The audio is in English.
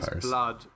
blood